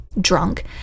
drunk